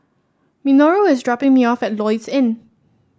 Minoru is dropping me off at Lloyds Inn